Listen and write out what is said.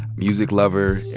music lover,